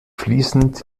fließend